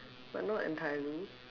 but not entirely